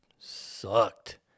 sucked